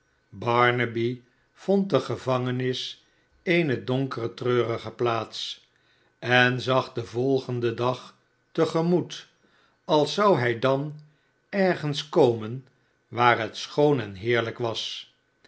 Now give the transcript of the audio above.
barnaby vond de gevangenis ene donkere treurige plaats en zag den volgenden dag te gemoet als zou hij dan ergens komen waar het schoon en heerlijk was